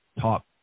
top